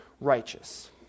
righteous